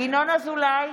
ינון אזולאי,